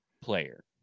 player